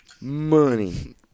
money